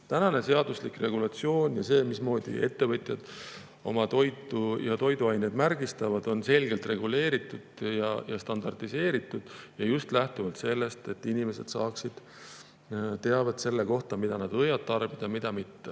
on seaduslik regulatsioon. See, mismoodi ettevõtjad oma toitu ja toiduaineid märgistavad, on selgelt reguleeritud ja standardiseeritud just lähtuvalt sellest, et inimesed saaksid teavet selle kohta, mida nad võivad tarbida ja mida mitte.